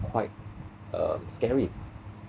quite um scary